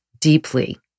deeply